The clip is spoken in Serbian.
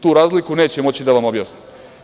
Tu razliku neće moći da vam objasne.